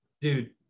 dude